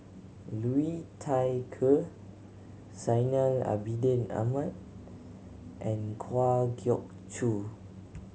Liu Thai Ker Zainal Abidin Ahmad and Kwa Geok Choo